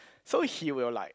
so he will like